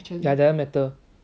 ya doesn't matter